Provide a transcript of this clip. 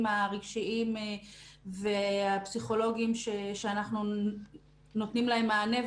הרגשיים והפסיכולוגיים שאנחנו נותנים להם מענה,